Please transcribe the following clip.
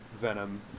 venom